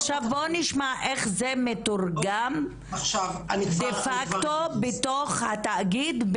עכשיו בוא נשמע איך זה מתורגם דה פקטו בתוך התאגיד,